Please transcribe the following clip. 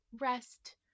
rest